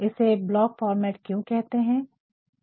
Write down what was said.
इसे block format क्यों कहते है